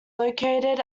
located